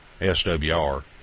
SWR